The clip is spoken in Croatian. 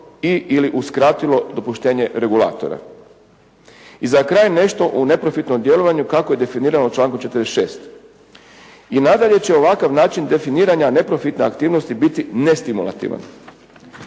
ili uskratilo dopuštenje regulatora. I za kraj nešto o neprofitnom djelovanju, kako je definirano u članku 46. I dalje će ovakav način definiranja neprofitne aktivnosti biti nestimulativan.